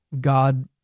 God